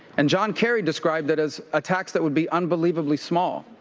and john kerry described it as attacks that would be unbelievably small.